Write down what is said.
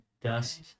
dust